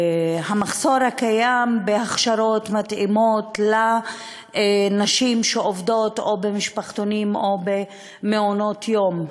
המחסור הקיים בהכשרות מתאימות לנשים שעובדות במשפחתונים ובמעונות-יום.